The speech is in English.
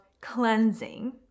cleansing